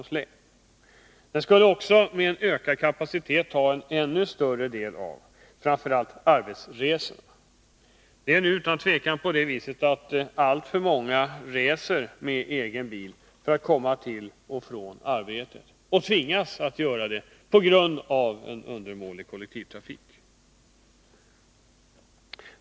Med en ökad kapacitet skulle den också kunna ta en ännu större del av framför allt arbetsresorna. Utan tvivel är det nu alltför många som reser med egen bil för att komma till och från arbetet. Oftast tvingas de att göra det på grund av en undermålig kollektivtrafik.